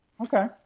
Okay